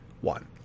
one